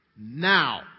Now